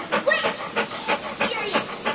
wait, you can't be serious!